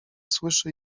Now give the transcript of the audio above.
słyszy